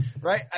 Right